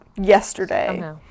yesterday